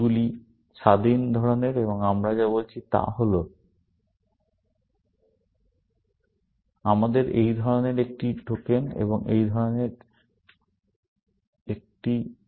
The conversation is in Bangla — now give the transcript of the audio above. এগুলি স্বাধীন ধরণের এবং আমরা যা বলছি তা হল আমাদের এই ধরণের একটি টোকেন এবং এই ধরণের একটি টোকেন থাকা উচিত